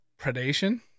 predation